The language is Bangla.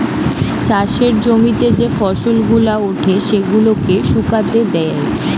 চাষের জমিতে যে ফসল গুলা উঠে সেগুলাকে শুকাতে দেয়